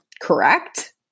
correct